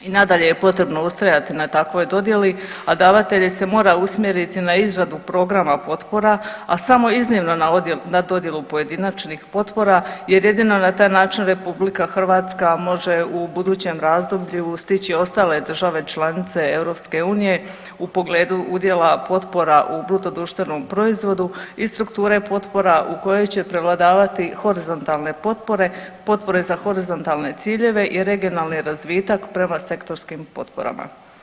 I nadalje je potrebno ustrajati na takvoj dodjeli a davatelje se mora usmjeriti na izradu programa potpora a samo iznimno na dodjelu pojedinačnih potpora jer jedino na taj način RH može u budućem razdoblju ostale države članice EU u pogledu udjela potpora u BDP-u i strukture potpora u kojoj će prevladavati horizontalne potpore, potpore za horizontalne ciljeve i regionalni razvitak prema sektorskim potporama.